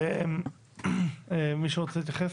כן, יצחק.